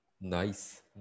Nice